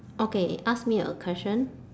okay ask me a question